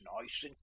nice